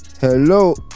hello